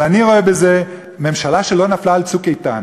אבל אני רואה בזה ממשלה שלא נפלה על "צוק איתן",